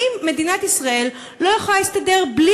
האם מדינת ישראל לא יכולה להסתדר בלי